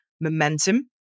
momentum